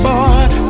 Boy